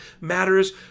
matters